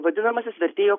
vadinamasis vertėjo